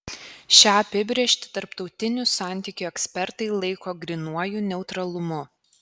šią apibrėžtį tarptautinių santykių ekspertai laiko grynuoju neutralumu